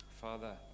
Father